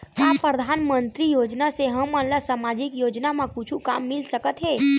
का परधानमंतरी योजना से हमन ला सामजिक योजना मा कुछु काम मिल सकत हे?